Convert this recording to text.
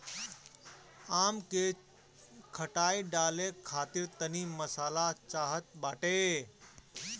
आम के खटाई डाले खातिर तनी मसाला चाहत बाटे